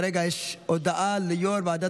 אני קובע כי הצעת חוק אזרחות כבוד לחללי מערכות ישראל,